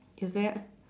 is there